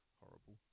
horrible